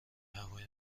هوای